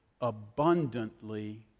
abundantly